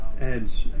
adds